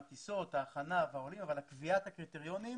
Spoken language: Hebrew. הטיסות וההכנה אבל קביעת הקריטריונים